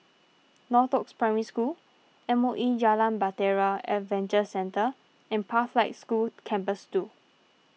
Northoaks Primary School M O E Jalan Bahtera Adventure Centre and Pathlight School Campus two